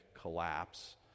collapse